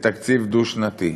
בתקציב דו-שנתי,